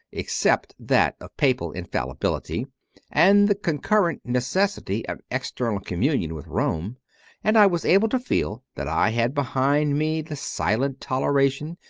except that of papal infallibility and the concurrent neces sity of external communion with rome and i was able to feel that i had behind me the silent toleration,